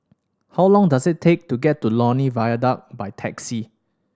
how long does it take to get to Lornie Viaduct by taxi